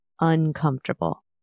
uncomfortable